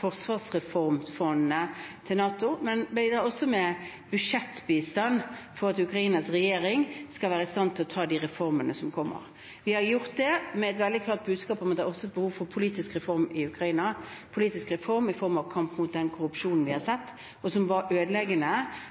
forsvarsreformfondene til NATO. Vi bidrar også med budsjettbistand for at Ukrainas regjering skal være i stand til å ta de reformene som kommer. Vi har gjort dette med et veldig klart budskap om at det også er et behov for politisk reform i Ukraina – politisk reform i form av kamp mot den korrupsjonen vi har sett, og som var ødeleggende